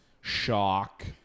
Shock